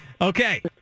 Okay